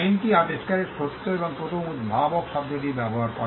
আইনটি আবিষ্কারের সত্য এবং প্রথম উদ্ভাবক শব্দটি ব্যবহার করে